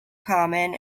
common